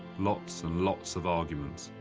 lots and lots of arguments.